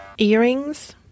Earrings